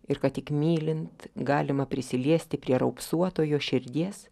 ir kad tik mylint galima prisiliesti prie raupsuotojo širdies